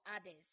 others